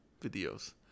videos